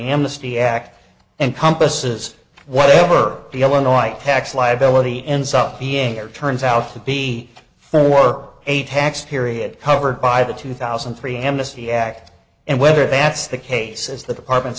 amnesty act encompasses whatever the illinois tax liability ends up being or turns out to be for a tax period covered by the two thousand and three amnesty act and whether that's the case as the department